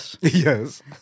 Yes